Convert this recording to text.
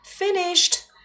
Finished